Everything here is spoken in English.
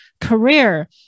career